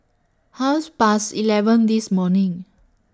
Half Past eleven This morning